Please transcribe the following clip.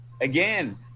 again